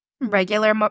Regular